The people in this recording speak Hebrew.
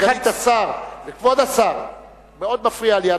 סגנית השר וכבוד השר, זה מאוד מפריע לי.